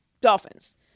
Dolphins